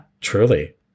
truly